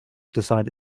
decide